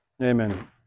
Amen